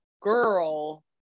girl